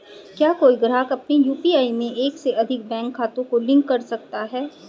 क्या कोई ग्राहक अपने यू.पी.आई में एक से अधिक बैंक खातों को लिंक कर सकता है?